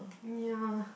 ya